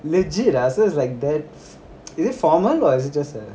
legit ah so it's like that is it formal or is it just a